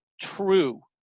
true